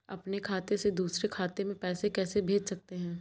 अपने खाते से दूसरे खाते में पैसे कैसे भेज सकते हैं?